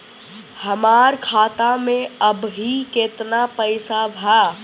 हमार खाता मे अबही केतना पैसा ह?